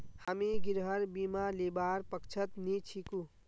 हामी गृहर बीमा लीबार पक्षत नी छिकु